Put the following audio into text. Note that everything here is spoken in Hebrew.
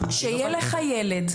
כשיהיה לך ילד,